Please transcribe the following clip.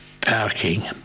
parking